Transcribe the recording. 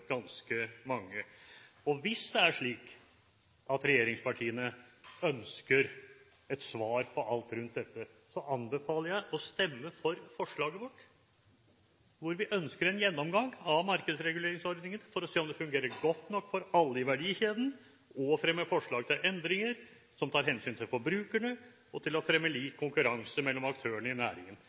ganske mange. Dersom det er slik at regjeringspartiene ønsker et svar på alt rundt dette, anbefaler jeg å stemme for forslaget vårt, hvor vi ønsker å foreta en gjennomgang av markedsreguleringsordningene for å se om disse fungerer godt nok for alle i verdikjeden, og fremme forslag til endringer som tar hensyn til forbrukerne og til lik konkurranse mellom aktørene i næringen.